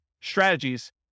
strategies